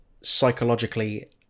psychologically